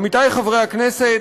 עמיתי חברי הכנסת,